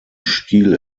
stil